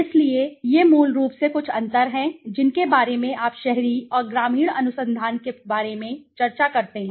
इसलिए ये मूल रूप से कुछ अंतर हैं जिनके बारे में आप शहरी और ग्रामीण अनुसंधान के बारे में चर्चा करते हैं